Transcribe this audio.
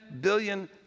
billion